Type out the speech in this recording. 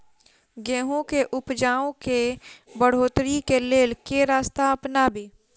गेंहूँ केँ उपजाउ केँ बढ़ोतरी केँ लेल केँ रास्ता अपनाबी?